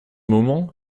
moment